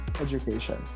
education